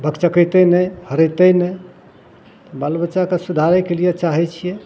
भकचकेतै नहि हरेतै नहि बाल बच्चाकेँ सुधारैके लिए चाहै छिए